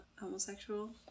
homosexual